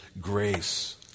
grace